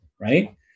right